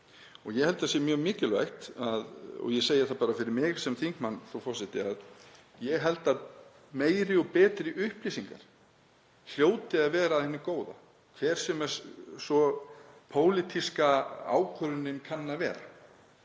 Ég held að það sé mjög mikilvægt. Og ég segi það bara fyrir mig sem þingmann, frú forseti, að ég held að meiri og betri upplýsingar hljóti að vera af hinu góða, hver sem svo pólitíska ákvörðunin kann að vera.